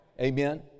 Amen